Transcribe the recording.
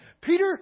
Peter